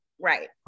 right